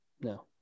no